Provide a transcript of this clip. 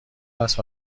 است